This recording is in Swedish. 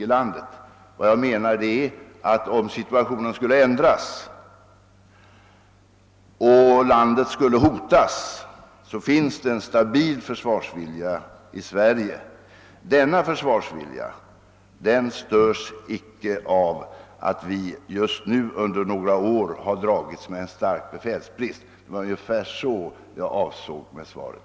Om situationen skulle ändras och landet skulle hotas, finns säkert en stabil försvarsvilja i Sverige. Denna försvarsvilja störs inte av att vi just nu under några år har dragits med en stark befälsbrist. Det var ungefär den uppfattningen jag ville framföra i svaret.